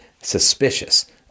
suspicious